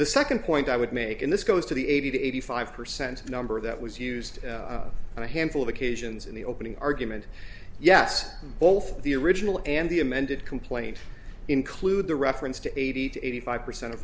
the second point i would make in this goes to the eighty to eighty five percent number that was used and a handful of occasions in the opening argument yes both the original and the amended complaint include the reference to eighty to eighty five percent of